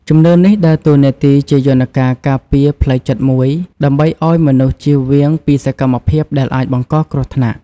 ជំនឿនេះដើរតួនាទីជាយន្តការការពារផ្លូវចិត្តមួយ ដើម្បីឲ្យមនុស្សជៀសវាងពីសកម្មភាពដែលអាចបង្កគ្រោះថ្នាក់។